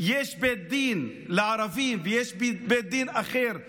יש בית דין לערבים ויש בית דין אחר ליהודים,